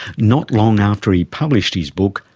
not long after he published his book,